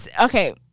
okay